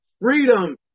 Freedom